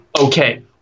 okay